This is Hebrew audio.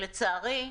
לצערי,